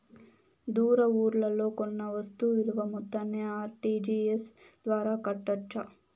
దూర ఊర్లలో కొన్న వస్తు విలువ మొత్తాన్ని ఆర్.టి.జి.ఎస్ ద్వారా కట్టొచ్చా?